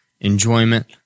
enjoyment